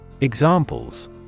Examples